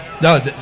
no